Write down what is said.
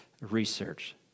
research